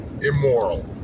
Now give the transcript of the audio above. immoral